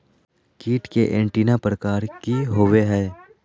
कीट के एंटीना प्रकार कि होवय हैय?